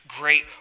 great